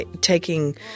taking